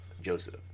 Joseph